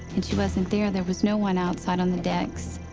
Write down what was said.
and she wasn't there. there was no one outside on the decks.